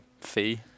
fee